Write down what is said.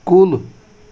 کُل